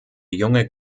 junge